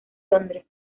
londres